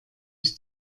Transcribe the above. ich